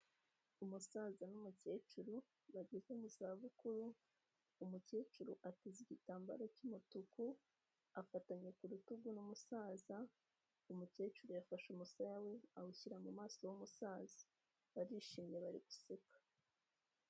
Umusaza n'umukecuru bageze mu za bukuru, umukecuru ateze igitambaro cy'umutuku, afatanye ku rutugu n'umusaza, umukecuru yafashe umusaya we awushyira mu maso h'umusaza, barishimye bari guseka.